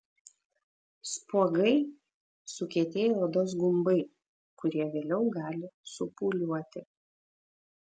spuogai sukietėję odos gumbai kurie vėliau gali supūliuoti